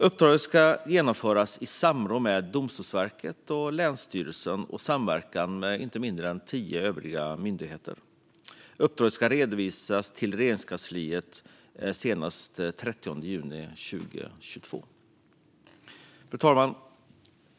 Uppdraget ska genomföras i samråd med Domstolsverket och länsstyrelserna och i samverkan med inte mindre än ytterligare tio myndigheter. Uppdraget ska redovisas till Regeringskansliet senast den 30 juni 2022. Fru talman!